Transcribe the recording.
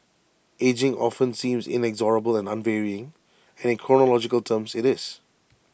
ageing often seems inexorable and unvarying and in chronological terms IT is